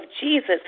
Jesus